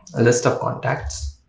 a list of contacts